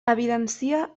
evidencia